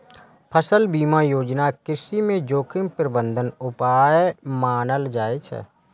फसल बीमा योजना कृषि मे जोखिम प्रबंधन उपाय मानल जाइ छै